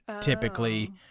typically